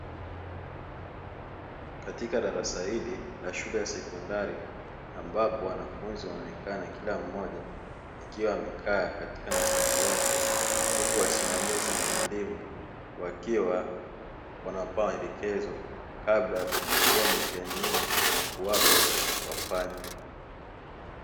Katika darasa hili la shule ya sekondari, ambapo wanafunzi wanaonekana kila mmoja akiwa amekaa katika nafasi yake; huku wasimamizi na walimu wakiwa wanawapa maelekezo kabla ya kufungua mitihani hiyo na kuwapa wafanye.